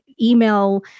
email